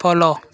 follow